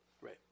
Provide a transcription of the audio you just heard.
Right